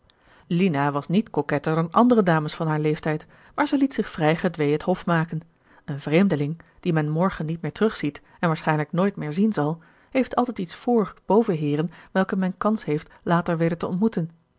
lina was niet coquetter dan andere dames van haar leeftijd maar zij liet zich vrij gedwee het hof maken een vreemdeling dien men morgen niet meer terugziet en waarschijnlijk nooit meer zien zal heeft altijd iets voor boven heeren welke men kans heeft later weder te ontmoeten